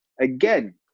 Again